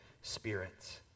spirits